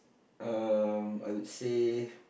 um I would say